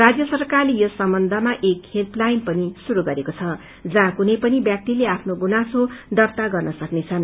राज्य सरकारले यस सम्बन्धमा एक हेल्पलाईन पनि श्रुरू गरेको छ जहाँ कुनै पनि ब्यलि आफ्नो गुनासो दर्त्ता गर्नसक्नेछन्